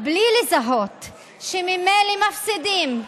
בלי לזהות שממילא מפסידים,